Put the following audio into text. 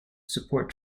support